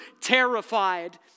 terrified